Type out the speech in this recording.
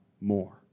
more